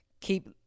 keep